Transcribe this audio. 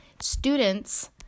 Students